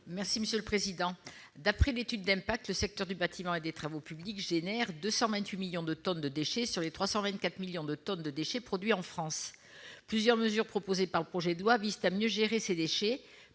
Mme Josiane Costes. D'après l'étude d'impact, le secteur du bâtiment et des travaux publics suscite 228 millions de tonnes de déchets sur les 324 millions de déchets produits en France. Plusieurs mesures proposées par le projet de loi visent à mieux gérer ces déchets,